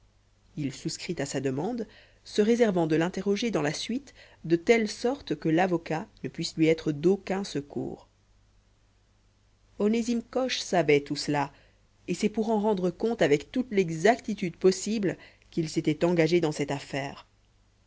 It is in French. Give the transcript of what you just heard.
il souscrit à sa demande se réservant de l'interroger dans la suite de telle sorte que l'avocat ne puisse lui être d'aucun secours onésime coche savait tout cela et c'est pour en rendre compte avec toute l'exactitude possible qu'il s'était engagé dans cette affaire